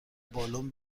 بالن